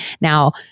Now